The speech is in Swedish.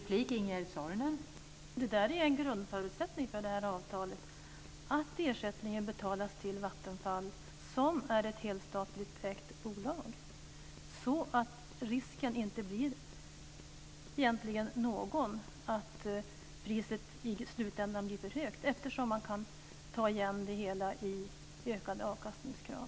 Fru talman! Det är en grundförutsättning för det här avtalet att ersättningen betalas till Vattenfall, som är ett helstatligt bolag, så att det inte är någon risk för att priset i slutändan blir för högt, eftersom man kan ta igen det hela i ökade avkastningskrav.